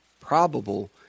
probable